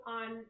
on